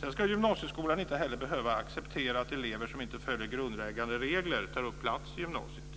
Sedan ska gymnasieskolan inte behöva acceptera att elever som inte följer grundläggande regler tar upp plats i gymnasiet.